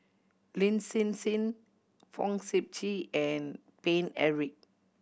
Lin Hsin Hsin Fong Sip Chee and Paine Eric